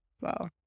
wow